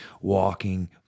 walking